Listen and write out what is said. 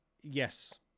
yes